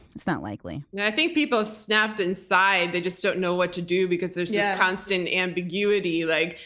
it's not likely. yeah i think people snapped inside. they just don't know what to do because there's yeah constant ambiguity. like